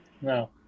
No